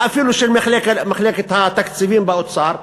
ואפילו של מחלקת התקציבים באוצר,